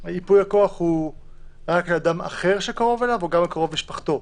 ייפוי הכוח הוא רק לאדם אחר שקרוב אליו או גם לקרוב משפחתו?